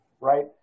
right